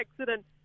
accident